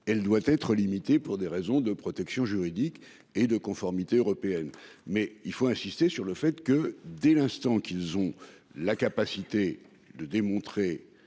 elle doit être limitée pour des raisons de protection juridique et de conformité européenne mais il faut insister sur le fait que dès l'instant qu'ils ont la capacité de démontrer